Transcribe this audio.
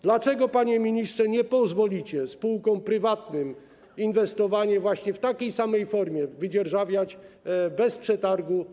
Dlaczego, panie ministrze, nie pozwolicie spółkom prywatnym inwestować właśnie w takiej samej formie, wydzierżawiać te grunty bez przetargu?